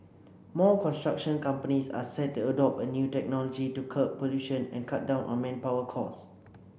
more construction companies are set to adopt a new technology to curb pollution and cut down on manpower costs